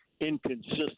inconsistent